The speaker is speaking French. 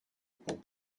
pont